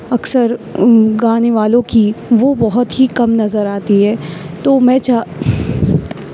اکثر گانے والوں کی وہ بہت ہی کم نظر آتی ہے تو میں چاہ